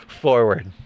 forward